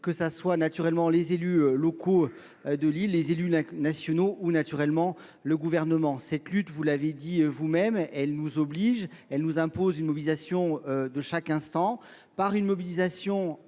que ce soit naturellement les élus locaux de l'île, les élus nationaux ou naturellement le gouvernement. Cette lutte, vous l'avez dit vous-même, elle nous oblige, elle nous impose une mobilisation de chaque instant. par une mobilisation